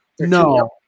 No